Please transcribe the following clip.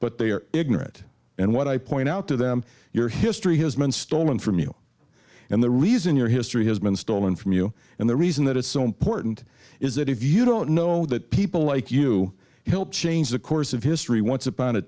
but they are ignorant and what i point out to them your history has been stolen from you and the reason your history has been stolen from you and the reason that is so important is that if you don't know that people like you help change the course of history once upon a